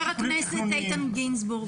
חבר הכנסת איתן גינזבורג,